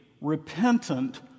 repentant